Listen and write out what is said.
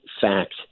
fact